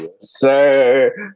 Sir